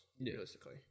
realistically